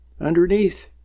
underneath